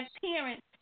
parents